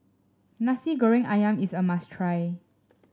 Nasi Goreng ayam is a must try